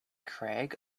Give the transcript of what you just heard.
craig